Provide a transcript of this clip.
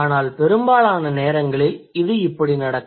ஆனால் பெரும்பாலான நேரங்களில் இது இப்படி நடக்கும்